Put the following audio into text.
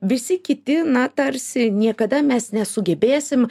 visi kiti na tarsi niekada mes nesugebėsim